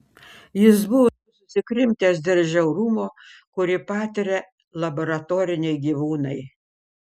jis buvo susikrimtęs dėl žiaurumo kurį patiria laboratoriniai gyvūnai